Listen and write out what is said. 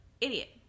Idiot